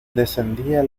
descendía